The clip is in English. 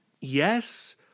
Yes